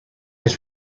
his